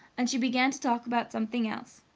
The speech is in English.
and she began to talk about something else.